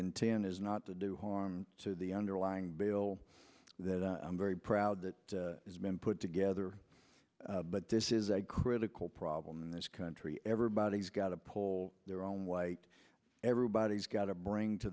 intent is not to do harm to the underlying bill that i'm very proud that has been put together but this is a critical problem in this country everybody's got to pull their own weight everybody's got to bring to